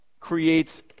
creates